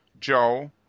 Joel